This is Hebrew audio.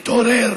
תתעורר.